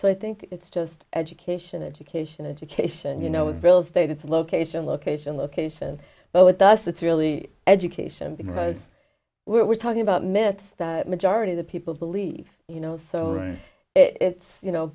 so i think it's just education education education you know with bills date it's location location location but with us it's really education because we're talking about myths that majority of the people believe you know so it's you know